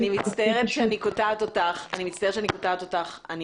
אני מצטערת שאני קוטעת אותך אבל אנחנו צריכים לסיים את הדיון.